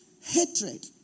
Hatred